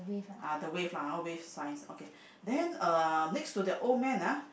uh the wave lah hor wave size okay then uh next to the old man ah